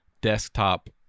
desktop